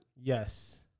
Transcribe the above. Yes